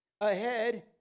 ahead